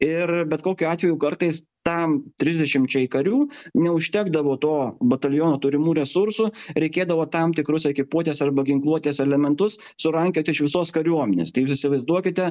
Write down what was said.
ir bet kokiu atveju kartais tam trisdešimčiai karių neužtekdavo to bataliono turimų resursų reikėdavo tam tikrus ekipuotės arba ginkluotės elementus surankioti iš visos kariuomenės tai jūs įsivaizduokite